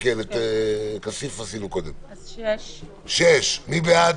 רוויזיה על הסתייגות מס' 3, מי בעד